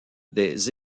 des